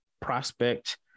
prospect